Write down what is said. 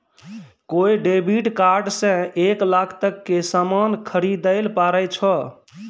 कोय debit card से एक लाख तक के सामान खरीदैल पारै छो